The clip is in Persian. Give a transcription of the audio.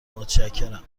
متشکرم